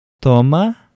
Toma